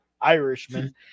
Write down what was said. Irishman